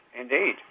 Indeed